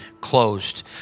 closed